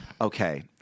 okay –